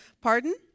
Pardon